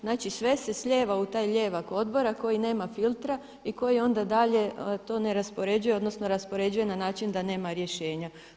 Znači, sve se slijeva u taj lijevak odbora koji nema filtra i koji onda dalje to ne raspoređuje, odnosno raspoređuje na način da nema rješenja.